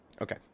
Okay